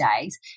days